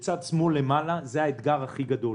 בצד שמאל למעלה זה האתגר הכי גדול